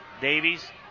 Davies